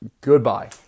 Goodbye